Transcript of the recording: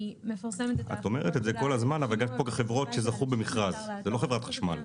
היא מפרסמת את --- זה לא חברת חשמל.